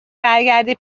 برگردی